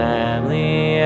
Family